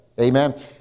amen